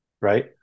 right